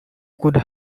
could